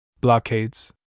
Blockades